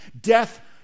Death